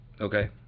Okay